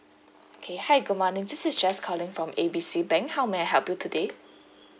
K hi good morning this is jess calling from A B C bank how may I help you today